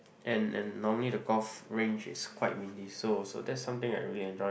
and and normally the golf range is quite windy so also that's something I really enjoy